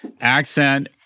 accent—